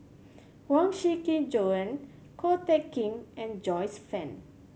Huang Shiqi Joan Ko Teck Kin and Joyce Fan